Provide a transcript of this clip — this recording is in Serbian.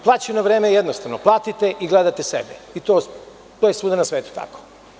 Plaćeno vreme je jednostavno, platite i gledate sebe i to je svuda na svetu tako.